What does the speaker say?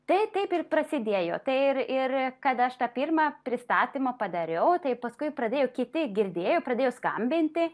tai taip ir prasidėjo tai ir ir kada aš tą pirmą pristatymą padariau tai paskui pradėjo kiti girdėjo pradėjo skambinti